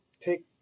pick